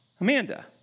Amanda